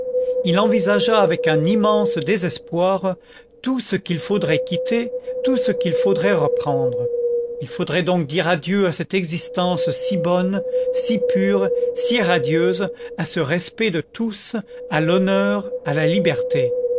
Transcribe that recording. il envisagea avec un immense désespoir tout ce qu'il faudrait quitter tout ce qu'il faudrait reprendre il faudrait donc dire adieu à cette existence si bonne si pure si radieuse à ce respect de tous à l'honneur à la liberté